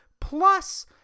Plus